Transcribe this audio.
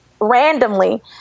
randomly